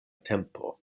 tempo